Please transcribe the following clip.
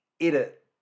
edit